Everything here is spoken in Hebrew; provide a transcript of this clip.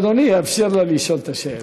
אדוני יאפשר לה לשאול את השאלה.